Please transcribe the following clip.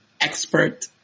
expert